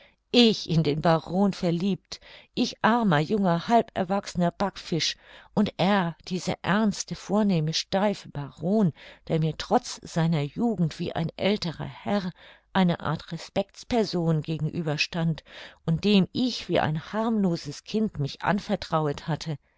ich in den baron verliebt ich armer junger halberwachsener backfisch und er dieser ernste vornehme steife baron der mir trotz seiner jugend wie ein älterer herr eine art respectsperson gegenüber stand und dem ich wie ein harmloses kind mich anvertrauet hatte